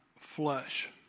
flesh